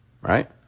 right